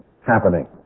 happening